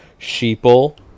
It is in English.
Sheeple